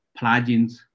plugins